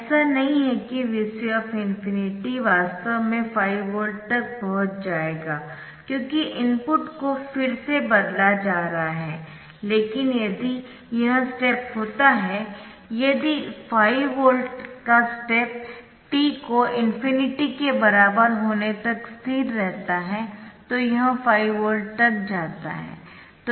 ऐसा नहीं है कि Vc ∞ वास्तव में 5 वोल्ट तक पहुंच जाएगा क्योंकि इनपुट को फिर से बदला जा रहा है लेकिन यदि यह स्टेप होता यदि 5 वोल्ट का स्टेप t को ∞ के बराबर होने तक स्थिर रहता है तो यह 5 वोल्ट तक जाता है